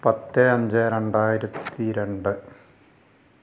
പത്ത് അഞ്ച് രണ്ടായിരത്തി രണ്ട്